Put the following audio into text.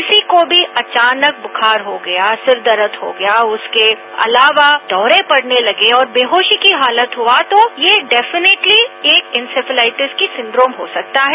किसी को भी अचानक बुखार हो गया सिरदर्द हो गया इसके अलावा दौरे पडने लगे बेहोशी की हालत हआ तो ये डेफिनेटली एक इसेफलाइटिस के सिंड्रोम हो सकता है